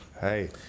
Hey